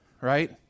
right